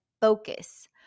focus